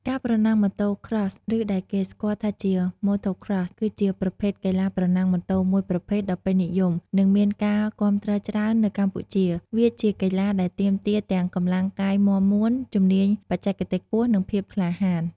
ការប្រណាំងម៉ូតូ Cross ឬដែលគេស្គាល់ជាទូទៅថា Motocross គឺជាប្រភេទកីឡាប្រណាំងម៉ូតូមួយប្រភេទដ៏ពេញនិយម និងមានការគាំទ្រច្រើននៅកម្ពុជា។ វាជាកីឡាដែលទាមទារទាំងកម្លាំងកាយមាំមួន ជំនាញបច្ចេកទេសខ្ពស់ និងភាពក្លាហាន។